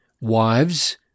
Wives